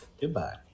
Goodbye